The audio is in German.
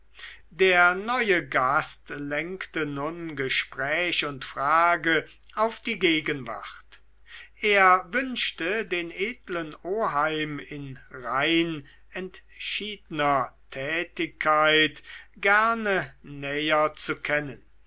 der neue gast lenkte nun gespräch und frage auf die gegenwart er wünschte den edlen oheim in rein entschiedener tätigkeit gerne näher zu kennen